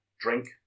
Drink